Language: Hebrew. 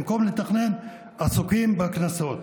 במקום לתכנן, עסוקים בקנסות.